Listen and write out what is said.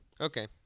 Okay